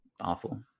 awful